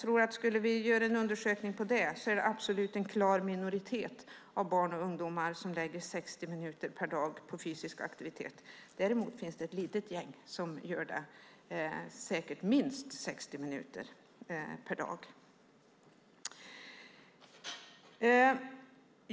Om vi skulle göra en undersökning av det tror jag att vi skulle finna att det är en klar minoritet av barn och ungdomar som lägger 60 minuter per dag på fysisk aktivitet. Däremot finns det ett litet gäng som säkert gör det minst 60 minuter per dag.